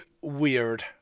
Weird